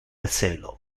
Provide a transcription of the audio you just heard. celo